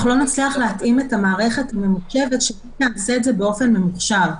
אנחנו לא נצליח להתאים את המערכת הממוחשבת שתעשה את זה באופן ממוחשב.